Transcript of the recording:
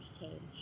change